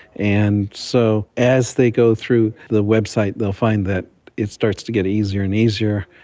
and so as they go through the website they'll find that it starts to get easier and easier,